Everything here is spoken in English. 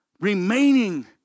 remaining